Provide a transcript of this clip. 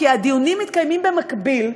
כי הדיונים מתקיימים במקביל,